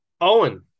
Owen